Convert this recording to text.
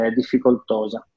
difficoltosa